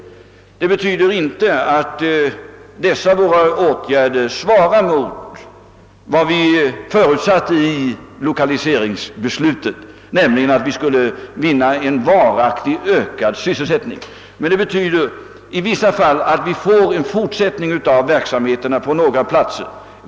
Sådana åtgärder svarar inte mot vad som förutsattes i lokaliseringsbeslutet, nämligen att man skulle vinna en varaktigt ökad sysselsättning, men de möjliggör i vissa fall en fortsättning av verksamheter som annars skulle upphöra.